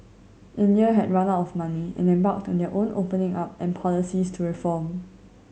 India had run out of money and embarked on their own opening up and policies to reform